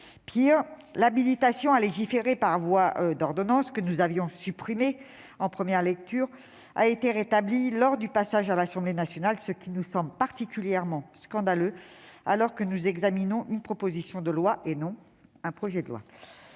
Pis, l'habilitation à légiférer par ordonnances, que nous avions supprimée en première lecture, a été rétablie par l'Assemblée nationale, ce qui nous semble particulièrement scandaleux alors que nous examinons une proposition de loi, et non un projet de loi.